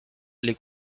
les